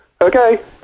Okay